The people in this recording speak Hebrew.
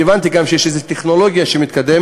אני הבנתי גם שיש איזו טכנולוגיה מתקדמת,